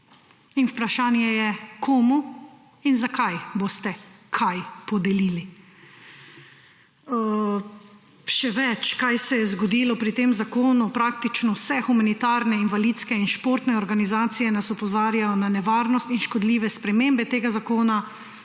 Vprašanje je, komu in zakaj boste kaj podelili. Še več. Kaj se je zgodilo pri tem zakonu? Praktično vse humanitarne, invalidske in športne organizacije nas opozarjajo na nevarnost in škodljive spremembe tega zakona,